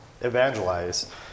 evangelize